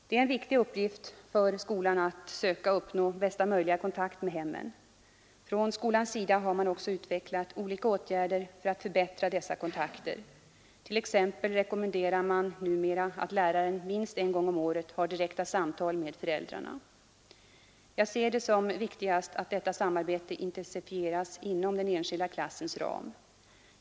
Det är en viktig uppgift för skolan att söka uppnå bästa möjliga kontakt med hemmen. Från skolans sida har man också utvecklat olika åtgärder för att förbättra dessa kontakter; man rekommenderar t.ex. numera att läraren minst en gång om året har direkta samtal med föräldrarna. Jag ser det som viktigast att detta samarbete intensifieras inom den enskilda klassens ram.